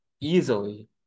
easily